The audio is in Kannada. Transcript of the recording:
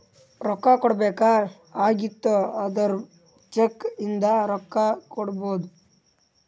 ರೊಕ್ಕಾ ಕೊಡ್ಬೇಕ ಆಗಿತ್ತು ಅಂದುರ್ ಚೆಕ್ ಇಂದ ರೊಕ್ಕಾ ಕೊಡ್ಬೋದು